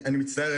אני מצטער.